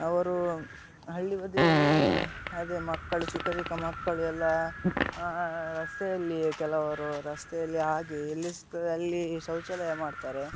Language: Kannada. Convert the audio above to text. ಅವರು ಹಳ್ಳಿ ಬದಿಯಲ್ಲಿ ಅದೇ ಮಕ್ಕಳು ಚಿಕ್ಕ ಚಿಕ್ಕ ಮಕ್ಕಳು ಎಲ್ಲ ರಸ್ತೆಯಲ್ಲಿಯೇ ಕೆಲವರು ರಸ್ತೆಯಲ್ಲಿ ಹಾಗೆಯೇ ಎಲ್ಲಿ ಸಿಗ್ತದೆ ಅಲ್ಲಿ ಶೌಚಾಲಯ ಮಾಡ್ತಾರೆ